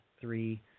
three